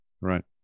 Right